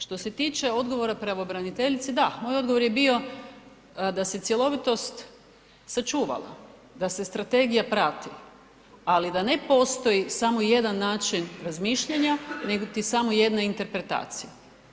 Što se tiče odgovora pravobraniteljici da, moj odgovor je bio da se cjelovitost sačuvala, da se strategija prati ali da ne postoji samo jedan način razmišljanja, nego ti samo jedna interpretacija.